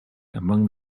among